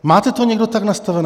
Máte to někdo tak nastavené?